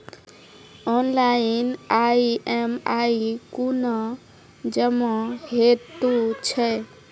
Online EMI कूना जमा हेतु छै?